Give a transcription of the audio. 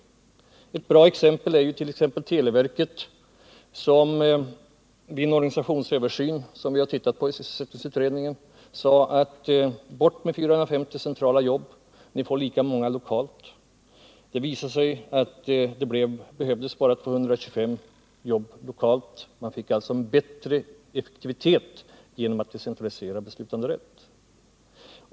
Ett bra exempel på vad detta kan ge är televerket, där man vid en organisationsöversyn, som vi i sysselsättningsutredningen har studerat, sade sig att man skulle flytta ut 450 centrala jobb. I stället skulle lika många skapas lokalt. Det visade sig då att det bara behövdes 225 jobb lokalt. Man fick alltså en ökad effektivitet genom en decentraliserad beslutanderätt.